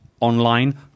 online